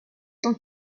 tant